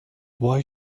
why